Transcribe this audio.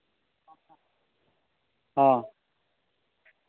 ᱦᱚᱸ